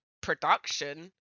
production